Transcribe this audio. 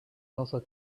also